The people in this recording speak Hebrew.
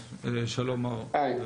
שלום.